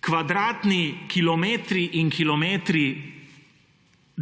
Kvadratni kilometri in kilometri